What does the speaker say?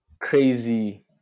crazy